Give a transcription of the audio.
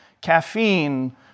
caffeine